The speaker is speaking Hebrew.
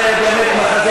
זה היה באמת מחזה